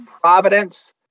providence